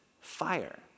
fire